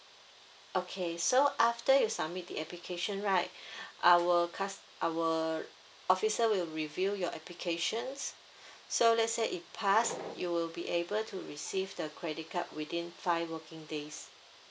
okay so after you submit the application right our cus~ our officer will review your applications so let's say if pass you'll be able to receive the credit card within five working days